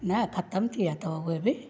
न ख़तमु थी विया अथव उहे बि